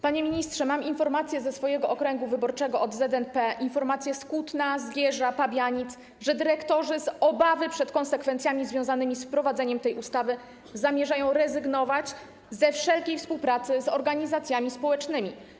Panie ministrze, mam informacje ze swojego okręgu wyborczego, od ZNP, informacje z Kutna, Zgierza, Pabianic, że dyrektorzy z obawy przed konsekwencjami związanymi z wprowadzeniem tej ustawy zamierzają rezygnować ze wszelkiej współpracy z organizacjami społecznymi.